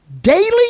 daily